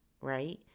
right